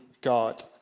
God